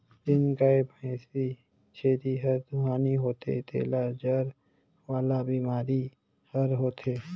जेन गाय, भइसी, छेरी हर दुहानी होथे तेला जर वाला बेमारी हर होथे